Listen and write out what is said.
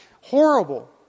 horrible